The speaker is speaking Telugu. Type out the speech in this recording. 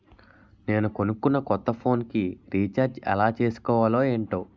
నేను కొనుకున్న కొత్త ఫోన్ కి రిచార్జ్ ఎలా చేసుకోవాలో ఏంటో